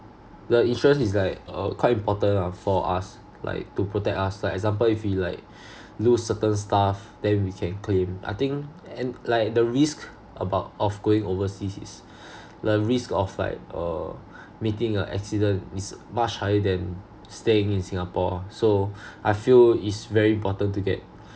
the insurance is like uh quite important lah for us like to protect us like example if you like lose certain stuff then we can claim I think and like the risk about of going overseas is the risk of like uh meeting a accident is much higher than staying in singapore so I feel is very important to get